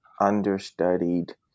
understudied